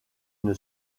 une